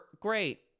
great